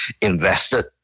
invested